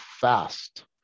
fast